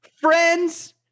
friends